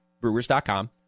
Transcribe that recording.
Brewers.com